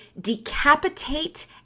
decapitate